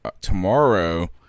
tomorrow